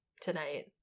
tonight